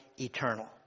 eternal